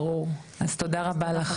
ברור, אז תודה רבה לך.